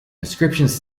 inscriptions